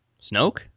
Snoke